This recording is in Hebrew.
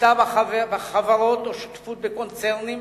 שליטה בחברות או שותפות בקונצרנים,